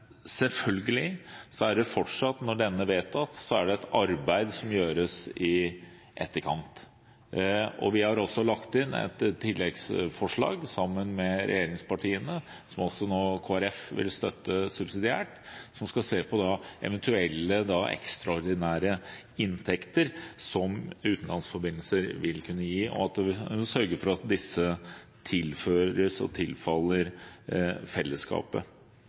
Selvfølgelig er det fortsatt – når dette er vedtatt – et arbeid som må gjøres i etterkant. Vi har også lagt inn et tilleggsforslag sammen med regjeringspartiene, som nå også Kristelig Folkeparti vil støtte subsidiært, om å se på eventuelle ekstraordinære inntekter som utenlandsforbindelser vil kunne gi, og sørge for at disse tilføres og tilfaller fellesskapet.